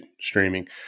streaming